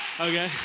Okay